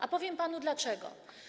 A powiem panu dlaczego.